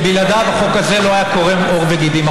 שבלעדיו החוק הזה לא היה קורם עור וגידים.